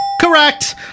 correct